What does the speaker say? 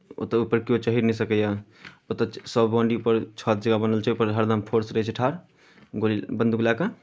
ओतय ऊपर किओ चढ़ि नहि सकैए ओतय सभ बाउंडरीपर छत जकाँ बनल छै ओहिपर हरदम फोर्स रहै छै ठाढ़ गोली बंदूक लए कऽ